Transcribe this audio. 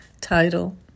title